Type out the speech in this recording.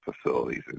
facilities